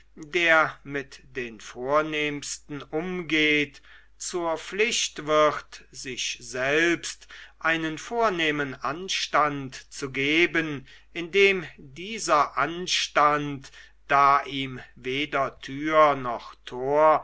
der mit den vornehmsten umgeht zur pflicht wird sich selbst einen vornehmen anstand zu geben indem dieser anstand da ihm weder tür noch tor